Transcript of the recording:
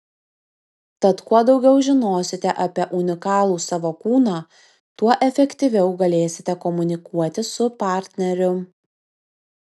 tad kuo daugiau žinosite apie unikalų savo kūną tuo efektyviau galėsite komunikuoti su partneriu